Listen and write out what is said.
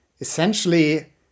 essentially